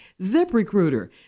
ZipRecruiter